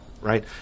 right